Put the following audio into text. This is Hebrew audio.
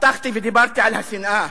פתחתי ודיברתי על השנאה.